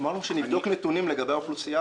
אמרנו שנבדוק נתונים לגבי האוכלוסייה הזאת.